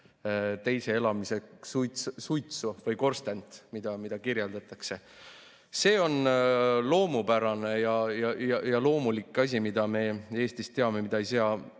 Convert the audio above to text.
teise elamise suitsu või korstent. See on loomupärane ja loomulik asi, mida me Eestis teame, mida ei sea